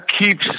keeps